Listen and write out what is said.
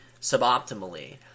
suboptimally